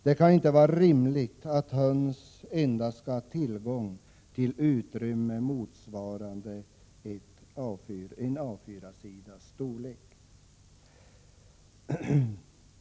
Det kan inte vara rimligt att höns endast skall ha tillgång till utrymme motsvarande en A 4-sidas storlek.